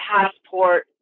passport